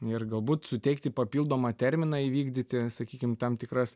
ir galbūt suteikti papildomą terminą įvykdyti sakykim tam tikras